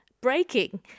breaking